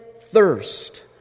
thirst